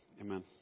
Amen